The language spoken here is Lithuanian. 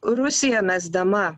rusija mesdama